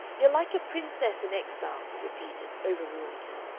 you're like a princess in exile! he repeated, overruling her.